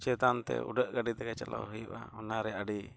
ᱪᱮᱛᱟᱱᱛᱮ ᱩᱰᱟᱹᱜ ᱜᱟᱹᱰᱤ ᱛᱮᱜᱮ ᱪᱟᱞᱟᱜ ᱦᱩᱭᱩᱜᱼᱟ ᱚᱱᱟᱨᱮ ᱟᱹᱰᱤ